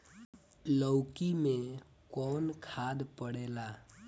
लौकी में कौन खाद पड़ेला?